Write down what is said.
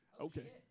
Okay